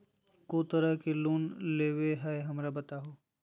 को तरह के लोन होवे हय, हमरा बताबो?